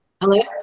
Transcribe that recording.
Hello